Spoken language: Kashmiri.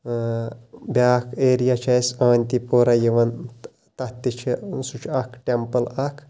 اۭں بیاکھ ایریا چھُ اَسہِ اَونتی پورہ یِوان تَتھ تہِ چھُ سُہ چھُ اکھ ٹیمپٕل اکھ